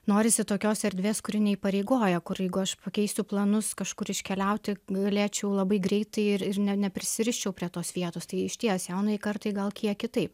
norisi tokios erdvės kuri neįpareigoja kur jeigu aš pakeisiu planus kažkur iškeliauti galėčiau labai greitai ir ir ne neprisiriščiau prie tos vietos taigi išties jaunajai kartai gal kiek kitaip